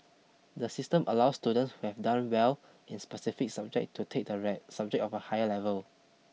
the system allows students who have done well in specific subject to take the right subject at a higher level